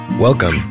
Welcome